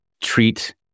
treat